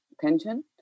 pension